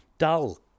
dull